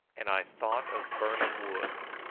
and i thought of birnam wood.